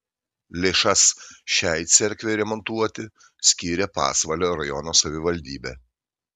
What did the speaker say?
lėšas šiai cerkvei remontuoti skyrė pasvalio rajono savivaldybė